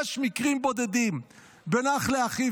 יש מקרים בודדים בין אח לאחיו,